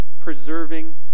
Preserving